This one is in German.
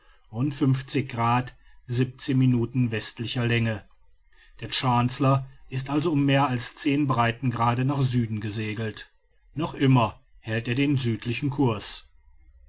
und minuten westlicher länge der chancellor ist also um mehr als zehn breitengrade nach süden gesegelt noch immer hält er den südöstlichen cours